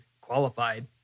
qualified